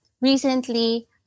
recently